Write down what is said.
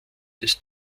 des